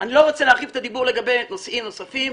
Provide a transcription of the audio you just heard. אני לא רוצה להרחיב את הדיבור לנושאים נוספים,